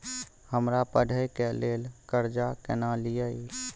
हमरा पढ़े के लेल कर्जा केना लिए?